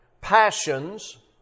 passions